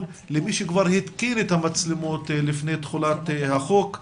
למי שכבר התקין את המצלמות לפני תחולת החוק.